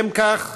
לשם כך